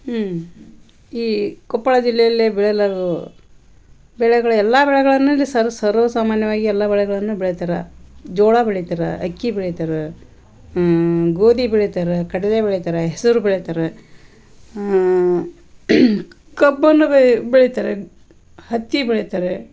ಹೂಂ ಈ ಕೊಪ್ಪಳ ಜಿಲ್ಲೆಯಲ್ಲಿ ಬೆಳೆಯಲಾಗುವ ಬೆಳೆಗಳು ಎಲ್ಲ ಬೆಳೆಗಳನ್ನು ಇಲ್ಲಿ ಸರ್ವ ಸರ್ವೇ ಸಾಮಾನ್ಯವಾಗಿ ಎಲ್ಲ ಬೆಳೆಗಳನ್ನು ಬೆಳಿತಾರೆ ಜೋಳ ಬೆಳಿತಾರೆ ಅಕ್ಕಿ ಬೆಳಿತಾರೆ ಗೋಧಿ ಬೆಳಿತಾರೆ ಕಡಲೆ ಬೆಳಿತಾರೆ ಹೆಸರು ಬೆಳಿತಾರೆ ಕಬ್ಬನ್ನು ಬೆಯಿ ಬೆಳಿತಾರೆ ಹತ್ತಿ ಬೆಳಿತಾರೆ